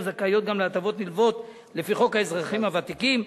זכאיות גם להטבות נלוות לפי חוק האזרחים הוותיקים,